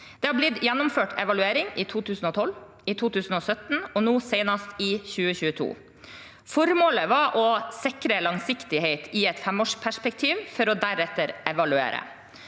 Det har blitt gjennomført evaluering i 2012, i 2017 og senest nå i 2022. Formålet var å sikre langsiktighet i et femårsperspektiv, for deretter å evaluere.